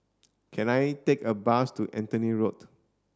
can I take a bus to Anthony Road